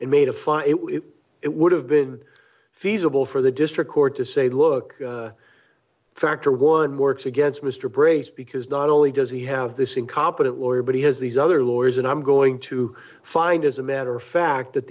and made a fire it would have been feasible for the district court to say look factor one works against mr brace because not only does he have this incompetent lawyer but he has these other lawyers and i'm going to find as a matter of fact that